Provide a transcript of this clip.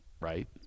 right